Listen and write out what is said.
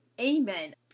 Amen